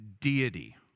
deity